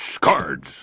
cards